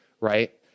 right